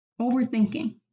overthinking